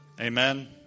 Amen